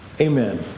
Amen